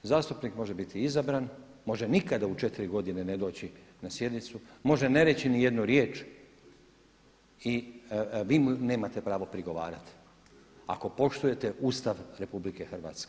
Zastupnik može biti izabran, može nikada u četiri godine ne doći na sjednicu, može ne reći ni jednu riječ i vi mu nemate pravo prigovarati ako poštujete Ustav RH.